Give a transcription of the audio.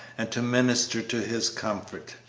and to minister to his comfort.